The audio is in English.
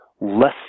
less